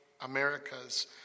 America's